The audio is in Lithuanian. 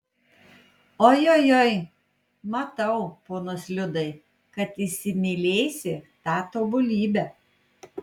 oi oi oi matau ponas liudai kad įsimylėsi tą tobulybę